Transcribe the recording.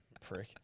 Prick